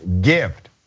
gift